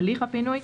הליך הפינוי,